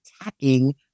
attacking